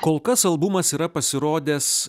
kol kas albumas yra pasirodęs